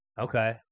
Okay